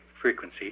frequency